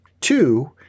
Two